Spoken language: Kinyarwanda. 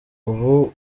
ubu